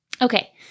Okay